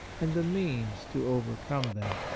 and the means to overcome them.